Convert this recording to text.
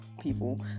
people